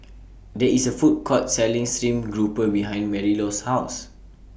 There IS A Food Court Selling Stream Grouper behind Marilou's House